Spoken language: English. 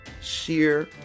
sheer